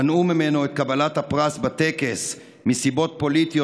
מנעו ממנו את קבלת הפרס בטקס מסיבות פוליטיות,